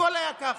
הכול היה כך.